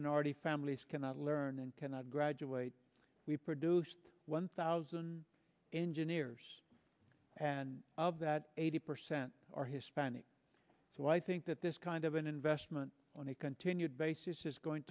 minority families cannot learn and cannot graduate we produced one thousand engineers and that eighty percent are hispanic so i think that this kind of an investment when he continued basis is going